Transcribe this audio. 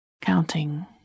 counting